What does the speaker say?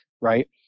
right